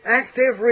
active